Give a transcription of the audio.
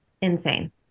insane